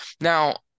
Now